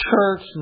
Church